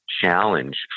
challenge